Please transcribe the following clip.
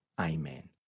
Amen